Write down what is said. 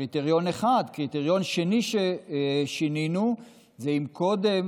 קריטריון אחד, קריטריון שני ששינינו, אם קודם